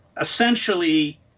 essentially